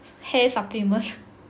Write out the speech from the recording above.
hair supplements